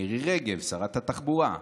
מירי רגב, שרת התחבורה.